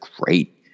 great